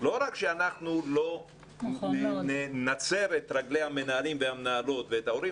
לא רק שאנחנו לא נצר את רגלי המנהלים והמנהלות ואת ההורים,